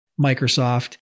Microsoft